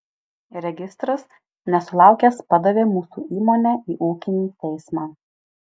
registras nesulaukęs padavė mūsų įmonę į ūkinį teismą